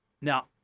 Now